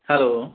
hello